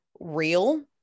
real